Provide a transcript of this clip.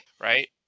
right